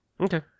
Okay